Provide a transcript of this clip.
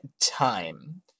time